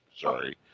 sorry